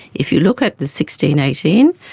if you look at the sixteen, eighteen,